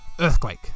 Earthquake